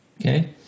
Okay